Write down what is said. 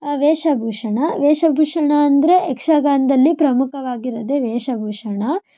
ವೇಷಭೂಷಣ ವೇಷಭೂಷಣ ಅಂದರೆ ಯಕ್ಷಗಾನದಲ್ಲಿ ಪ್ರಮುಖವಾಗಿರೋದೇ ವೇಷಭೂಷಣ